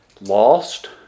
lost